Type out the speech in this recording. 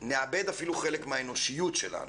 נאבד אפילו חלק מהאנושיות שלנו